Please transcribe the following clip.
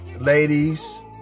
Ladies